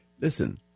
Listen